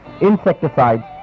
insecticides